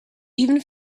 even